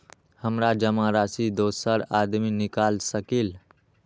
हमरा जमा राशि दोसर आदमी निकाल सकील?